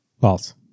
false